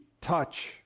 touch